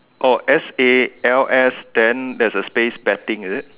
oh S A L S then there's a space betting is it